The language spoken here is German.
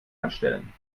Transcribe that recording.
anstellen